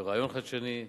ברעיון חדשני,